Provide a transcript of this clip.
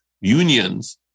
unions